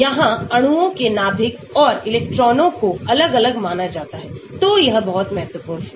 यहां अणुओं के नाभिक और इलेक्ट्रॉनों को अलग अलग माना जाता है तो यह बहुत महत्वपूर्ण है